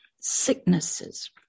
sicknesses